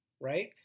right